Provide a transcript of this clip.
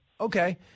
okay